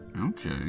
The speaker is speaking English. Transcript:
Okay